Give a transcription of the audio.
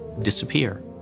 disappear